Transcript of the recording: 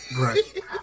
Right